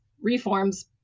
reforms